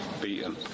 beaten